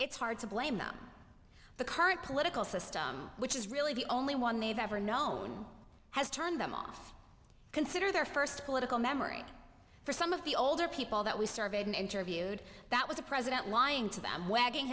it's hard to blame them the current political system which is really the only one they've ever known has turned them off consider their first political memory for some of the older people that we surveyed interviewed that was a president lying to them w